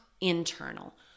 internal